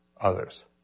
others